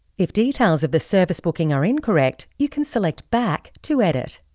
if details of the service booking are incorrect, you can select back to edit.